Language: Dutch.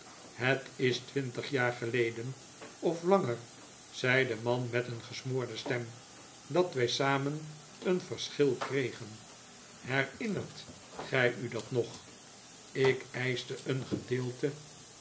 het is twintig jaar geleden of langer zei de man met een gesmoorde stem dat wij samen een verschil kregen herinnert gij u dat nog ik eischte een gedeelte